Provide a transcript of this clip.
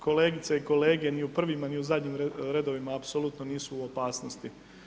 Kolegice i kolege, ni u prvima, ni u zadnjim redovima apsolutno nisu u opasnosti.